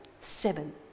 seven